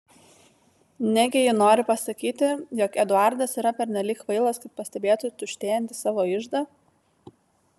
negi ji nori pasakyti jog eduardas yra pernelyg kvailas kad pastebėtų tuštėjantį savo iždą